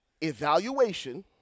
evaluation